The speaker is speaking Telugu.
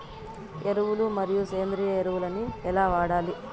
ఎరువులు మరియు సేంద్రియ ఎరువులని ఎలా వాడాలి?